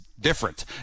different